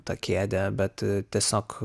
tą kėdę bet tiesiog